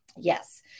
Yes